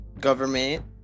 government